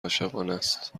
عاشقانست